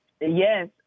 Yes